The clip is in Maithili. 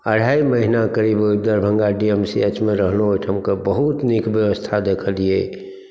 अढ़ाइ महिना करीब Darbhanga D M C H मे रहलहुँ ओहिठामके बहुत नीक व्यवस्था देखलियै